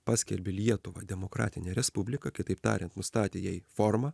paskelbė lietuvą demokratine respublika kitaip tariant nustatė jai formą